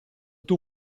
tuo